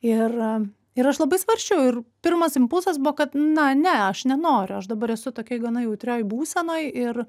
ir ir aš labai svarsčiau ir pirmas impulsas buvo kad na ne aš nenoriu aš dabar esu tokioj gana jautrioj būsenoj ir